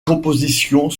compositions